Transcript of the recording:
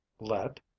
Let